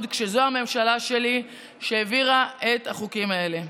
כשזו הממשלה שלי שהעבירה את החוקים האלה.